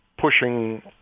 pushing